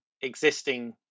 existing